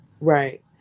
right